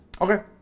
Okay